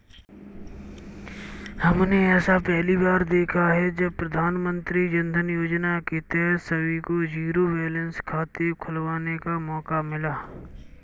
हमने ऐसा पहली बार देखा है जब प्रधानमन्त्री जनधन योजना के तहत सभी को जीरो बैलेंस खाते खुलवाने का मौका मिला